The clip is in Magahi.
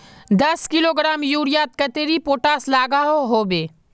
दस किलोग्राम यूरियात कतेरी पोटास लागोहो होबे?